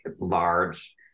large